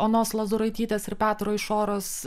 onos lozuraitytės ir petro išoros